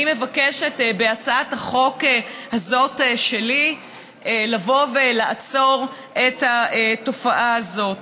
אני מבקשת בהצעת החוק הזאת שלי לבוא ולעצור את התופעה הזאת.